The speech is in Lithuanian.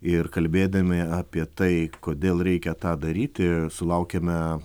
ir kalbėdami apie tai kodėl reikia tą daryti sulaukiame